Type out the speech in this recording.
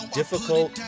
difficult